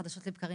חדשות לבקרים,